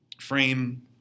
frame